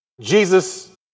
Jesus